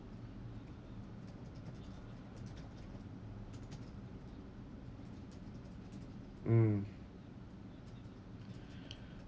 mm